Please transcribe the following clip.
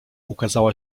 ukazała